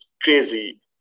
crazy